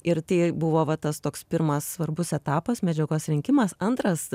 ir tai buvo va tas toks pirmas svarbus etapas medžiagos rinkimas antras